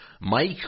Mike